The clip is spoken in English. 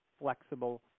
flexible